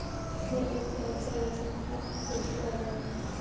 मैं एक साल से रेशमकीट की खेती कर रहा हूँ